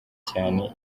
cyane